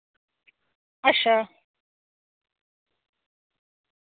अच्छा